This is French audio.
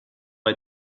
est